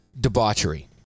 Debauchery